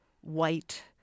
white